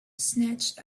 snatched